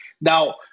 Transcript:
Now